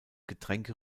getränke